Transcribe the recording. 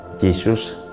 Jesus